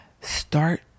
start